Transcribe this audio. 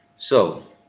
so